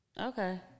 Okay